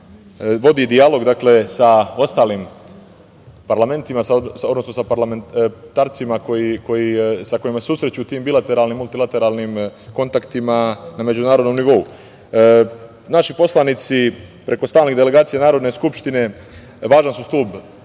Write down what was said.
vodi dijalog sa ostalim parlamentima, odnosno sa parlamentarcima sa kojima se susreću u tim bilateralnim, multilateralnim kontaktima na međunarodnom nivou. Naši poslanici preko stalnih delegacija Narodne skupštine važan su stub